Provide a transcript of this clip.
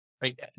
Right